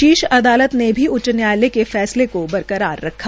शीर्ष अदालत ने भी उच्च न्यायालय के फैसले को बरकरार रखा